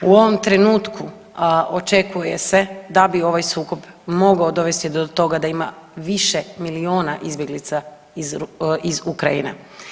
U ovom trenutku očekuje se da bi ovaj sukob mogao dovesti do toga da ima više miliona izbjeglica iz Ukrajine.